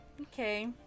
Okay